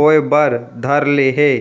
होय बर धर ले हे